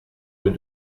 rue